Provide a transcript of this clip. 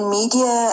media